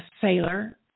sailor